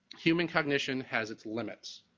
human cognition has its limits.